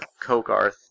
Kogarth